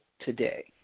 today